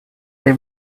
they